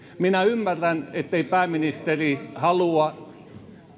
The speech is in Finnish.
minä ymmärrän ettei pääministeri halua